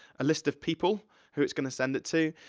a list of people who it's gonna send it to.